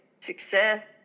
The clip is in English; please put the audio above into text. success